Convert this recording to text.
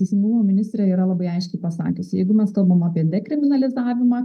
teisingumo ministrė yra labai aiškiai pasakiusi jeigu mes kalbam apie dekriminalizavimą